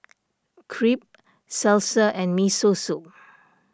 Crepe Salsa and Miso Soup